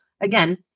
Again